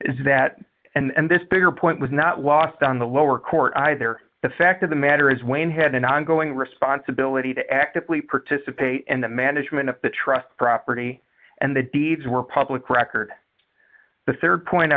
is that and this bigger point was not lost on the lower court either the fact of the matter is when had an ongoing responsibility to actively participate in the management of the trust property and the deeds were public record the rd point i